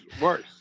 worse